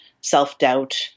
self-doubt